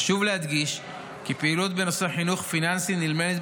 חשוב להדגיש כי פעילות בנושא חינוך פיננסי נלמדת